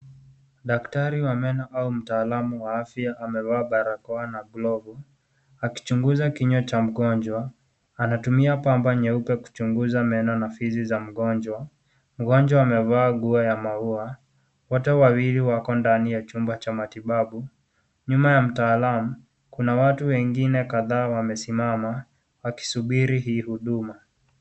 Daktari wa meno au mtaalamu wa afya, amevaa balakoa na glove .Akichunguza kinywa cha mgonjwa. Anatumia bamba nyeupe kuchunguza meno na fisi za mgonjwa. Mgonjwa amevaa nguo za maua. Wote wawili wako ndani ya chumba cha matibabu. Nyuma ya mtaalamu, kuna watu wengine kadhaa wamesimama, wakisubiri hii huduma.